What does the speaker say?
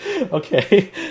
Okay